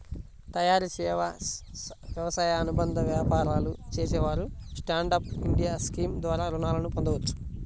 తయారీ, సేవా, వ్యవసాయ అనుబంధ వ్యాపారాలు చేసేవారు స్టాండ్ అప్ ఇండియా స్కీమ్ ద్వారా రుణాలను పొందవచ్చు